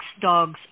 dogs